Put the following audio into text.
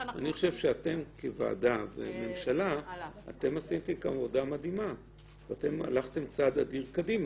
אתם כוועדה וממשלה עשיתם עבודה מדהימה והלכתם צעד אדיר קדימה.